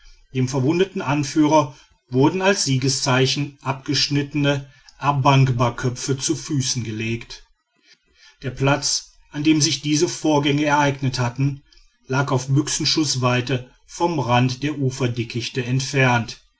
dem verwundeten anführer wurden als siegeszeichen abgeschnittene a bangbaköpfe zu füßen gelegt der platz an dem sich diese vorgänge ereignet hatten lag auf büchsenschußweite vom rand der uferdickichte entfernt